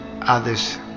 others